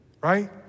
Right